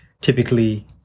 typically